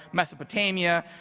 mesopotamia,